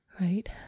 right